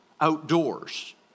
outdoors